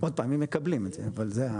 אם מקבלים את זה.